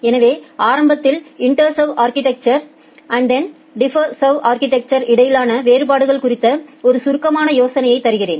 எனவே ஆரம்பத்தில் இந்த இன்டெர்வ் அா்கிடெக்சா் மற்றும் டிஃப் சர்வ் அா்கிடெக்சா்களுக்கு இடையிலான வேறுபாடுகள் குறித்து ஒரு சுருக்கமான யோசனையை தருகிறேன்